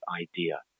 idea